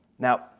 Now